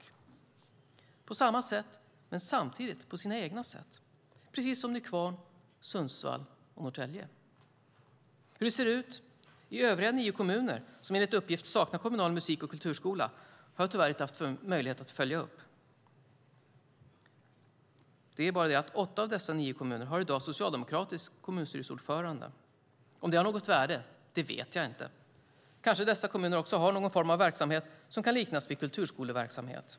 De gör det på samma sätt, men samtidigt på sina egna sätt. Det är precis som Nykvarn, Sundsvall och Norrtälje gör. Hur det ser ut i övriga nio kommuner som enligt uppgift saknar kommunal musik och kulturskola har jag tyvärr inte haft möjlighet att följa upp. Det är bara det att åtta av dessa nio kommuner i dag har socialdemokratisk kommunstyrelseordförande. Om det har något värde vet jag inte. Kanske har dessa kommuner också någon form av verksamhet som kan liknas vid kulturskoleverksamhet.